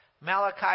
Malachi